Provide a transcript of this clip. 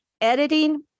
Editing